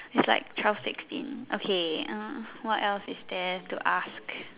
is like twelve sixteen okay err what else is there to ask